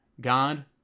God